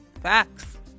Facts